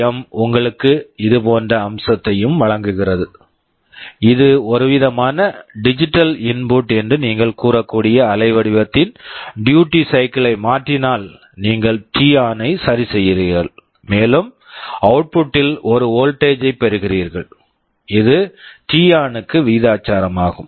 M PWM உங்களுக்கு இதேபோன்ற அம்சத்தையும் வழங்குகிறது இது ஒருவிதமான டிஜிட்டல் இன்புட் digital input என்று நீங்கள் கூறக்கூடிய அலைவடிவத்தின் டியூட்டி சைக்கிள் duty cycle யை மாற்றினால் நீங்கள் டி ஆன் t on ஐ சரி செய்கிறீர்கள் மேலும் அவுட்புட் output ல் ஒரு வோல்ட்டேஜ் voltage ஐப் பெறுகிறீர்கள் இது டி ஆன் t on -க்கு விகிதாசாரமாகும்